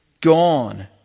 Gone